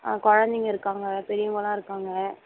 குழந்தைங்க இருக்காங்க பெரியவங்கலாம் இருக்காங்க